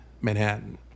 Manhattan